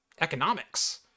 economics